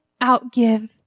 outgive